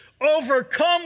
overcome